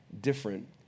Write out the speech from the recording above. different